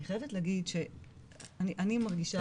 אני חייבת להגיד שאני מרגישה,